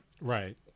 Right